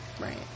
Right